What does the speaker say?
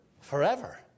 Forever